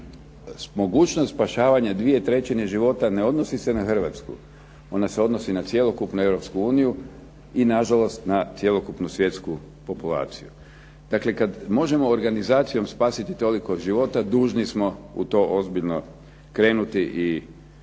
Mogućnost spašavanja 2/3 života ne odnosi se na Hrvatsku, ona se odnosi na cjelokupnu Europsku uniju i na žalost na cjelokupnu svjetsku populaciju. Dakle, kada možemo organizacijom spasiti toliko života dužni smo u to ozbiljno krenuti i zaroniti